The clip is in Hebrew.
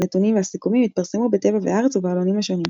הנתונים והסיכומים התפרסמו ב"טבע וארץ" ובעלונים השונים.